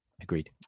agreed